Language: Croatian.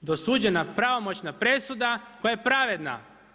dosuđena pravomoćna presuda koja je pravedna.